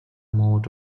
mode